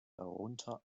darunter